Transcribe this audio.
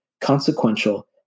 consequential